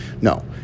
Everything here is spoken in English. No